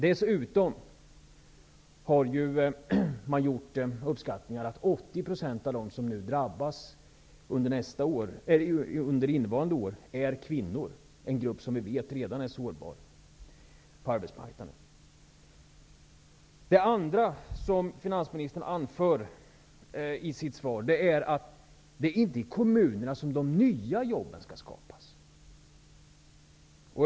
Dessutom har man gjort uppskattningar som visar att 80 % av dem som nu drabbas under innevarande år är kvinnor, en grupp som vi vet redan är sårbar på arbetsmarknaden. Det andra som finansministern anför i sitt svar är att det inte är i kommunerna som de nya jobben skall skapas.